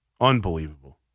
Unbelievable